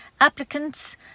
Applicants